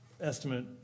estimate